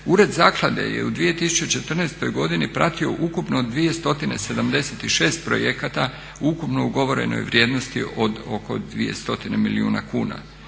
Ured zaklade je u 2014. godini pratio ukupno 276 projekata u ukupno ugovorenoj vrijednosti od oko 200 milijuna kuna.